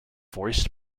voiced